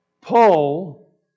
Paul